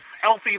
healthy